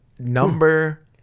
Number